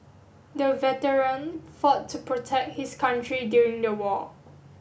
the veteran fought to protect his country during the war